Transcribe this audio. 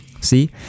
See